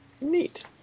Neat